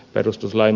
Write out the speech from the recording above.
perustuslain